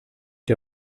der